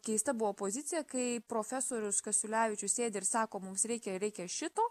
keista buvo pozicija kai profesorius kasiulevičius sėdi ir sako mums reikia reikia šito